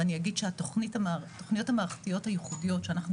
אני אגיד שהתוכניות המערכתיות הייחודיות שאנחנו